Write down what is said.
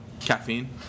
Caffeine